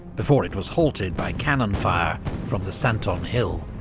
before it was halted by cannon fire from the santon hill.